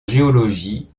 géologie